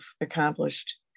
accomplished